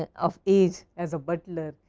and of age as a butler,